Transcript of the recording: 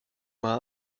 mal